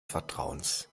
vertrauens